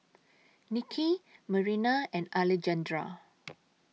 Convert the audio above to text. Nicky Marina and Alejandra